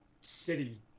city